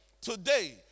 today